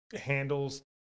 handles